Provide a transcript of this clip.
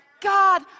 God